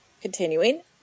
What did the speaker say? Continuing